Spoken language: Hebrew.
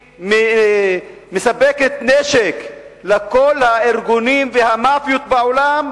שמספקת נשק לכל הארגונים והמאפיות בעולם,